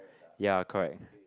ya correct